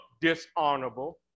dishonorable